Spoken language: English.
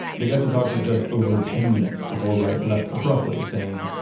they got to talk for just over ten minutes, before right left abruptly saying,